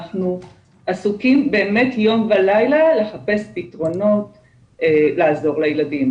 אנחנו עסוקים באמת יום ולילה לחפש פתרונות לעזור לילדים.